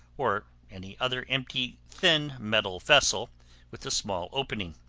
or any other empty thin metal vessel with a small opening.